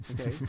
okay